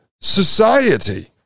society